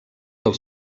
del